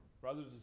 Brothers